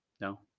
No